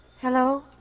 Hello